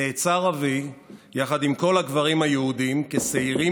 נעצר אבי יחד עם כל הגברים היהודים כשעירים